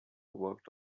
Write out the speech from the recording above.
worked